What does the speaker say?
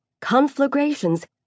conflagrations